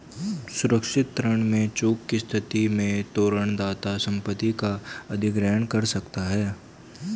सुरक्षित ऋण में चूक की स्थिति में तोरण दाता संपत्ति का अधिग्रहण कर सकता है